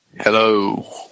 hello